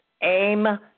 Aim